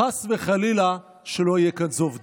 חס וחלילה, שלא יהיה כאן זוב דם.